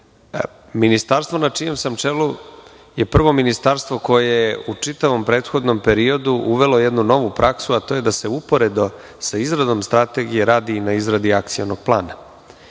dobro. Ministarstvo na čijem sam čelu je prvo ministarstvo koje je u čitavom prethodnom periodu uvelo jednu novu praksu, a to je da se uporedo sa izradom strategije radi i na izradi akcionog plana.